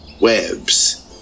webs